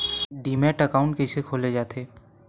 Demat account कइसे खोले जाथे?